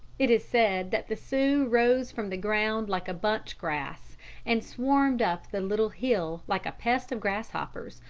it is said that the sioux rose from the ground like bunch-grass and swarmed up the little hill like a pest of grasshoppers,